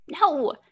No